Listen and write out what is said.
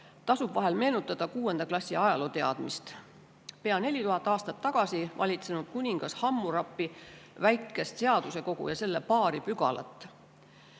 tasub vahel meenutada kuuenda klassi ajalooteadmist, pea 4000 aastat tagasi valitsenud kuningas Hammurapi väikest seadustekogu ja selle paari pügalat.